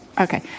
Okay